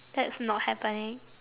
that's not happening